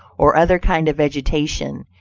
or other kind of vegetation,